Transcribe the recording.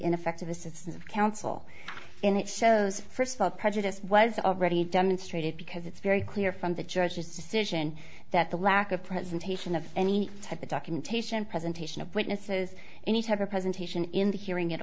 ineffective assistance of counsel and it shows first of all prejudice was already demonstrated because it's very clear from the judge's decision that the lack of presentation of any type of documentation presentation of witnesses any type of presentation in the hearing at